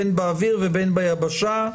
בין באוויר ובין ביבשה.